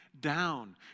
down